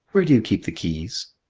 where do you keep the keys?